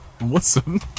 awesome